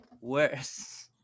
worse